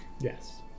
yes